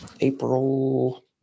April